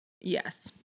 Yes